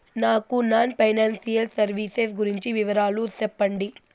నాకు non financial services గురించి వివరాలు సెప్పండి?